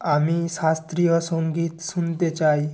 আমি শাস্ত্রীয় সঙ্গীত শুনতে চাই